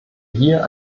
hier